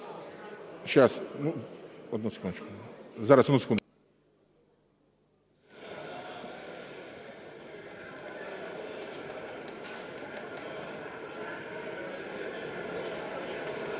Зараз, одну секунду.